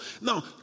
now